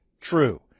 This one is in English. True